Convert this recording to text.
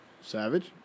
Savage